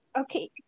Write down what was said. Okay